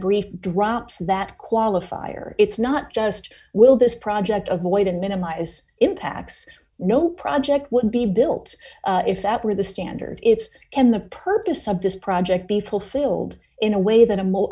brief drops that qualifier it's not just will this project avoid a minimize impacts no project would be built if that were the standard it's can the purpose of this project be fulfilled in a way that